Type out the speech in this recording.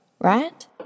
right